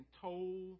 told